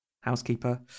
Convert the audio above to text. housekeeper